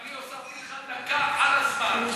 אני הוספתי לך דקה על הזמן,